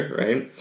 right